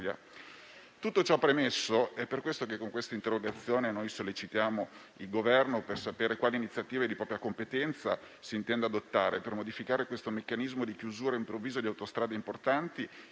Tutto ciò premesso, con quest'interrogazione sollecitiamo il Governo per sapere quali iniziative di propria competenza intenda adottare per modificare questo meccanismo di chiusura improvvisa di autostrade importanti,